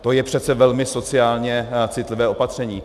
To je přece velmi sociálně citlivé opatření.